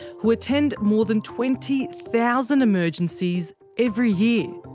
who attend more than twenty thousand emergencies, every year.